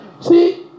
See